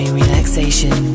relaxation